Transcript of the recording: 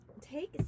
take